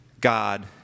God